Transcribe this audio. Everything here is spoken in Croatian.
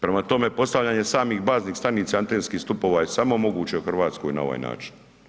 Prema tome, postavljanje samih baznih stanica, antenskih stupova je samo moguće u Hrvatskoj na ovaj način.